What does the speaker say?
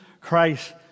Christ